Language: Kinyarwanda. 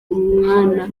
umwana